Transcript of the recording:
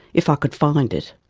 if i could find it.